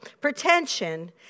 pretension